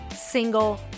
single